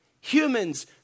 humans